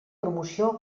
promoció